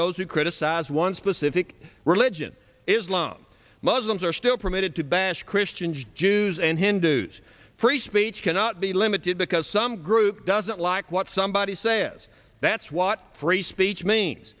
those who criticize one specific religion islam muslims are still permitted to bash christians jews and hindus free speech cannot be limited because some group doesn't like what somebody says that's what free speech